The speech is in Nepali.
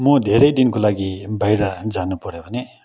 म धेरै दिनको लागि बाहिर जानुपऱ्यो भने